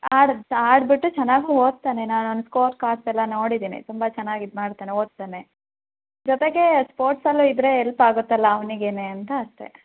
ಆಡೋದ್ ಆಡಿ ಬಿಟ್ಟು ಚೆನ್ನಾಗೂ ಓದ್ತಾನೆ ನಾನು ಅವ್ನ ಸ್ಕೋರ್ ಕಾರ್ಡ್ಸ್ ಎಲ್ಲ ನೋಡಿದ್ದೀನಿ ತುಂಬ ಚೆನ್ನಾಗಿ ಇದು ಮಾಡ್ತಾನೆ ಓದ್ತಾನೆ ಜೊತೆಗೆ ಸ್ಪೋಟ್ಸಲ್ಲೂ ಇದ್ದರೆ ಎಲ್ಪ್ ಆಗುತ್ತಲ್ಲ ಅವ್ನಿಗೇ ಅಂತ ಅಷ್ಟೆ